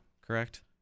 correct